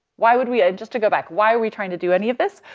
why would we, and just to go back, why are we trying to do any of this?